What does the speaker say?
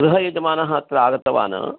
गृहयजमानः अत्र आगतवान्